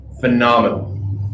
phenomenal